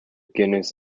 guinness